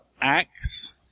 acts